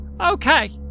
Okay